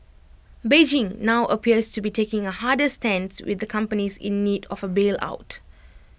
Beijing now appears to be taking A harder stance with the companies in need of A bail out